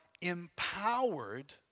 empowered